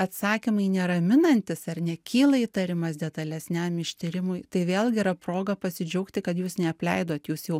atsakymai neraminantys ar ne kyla įtarimas detalesniam ištyrimui tai vėlgi yra proga pasidžiaugti kad jūs neapleidot jūs jau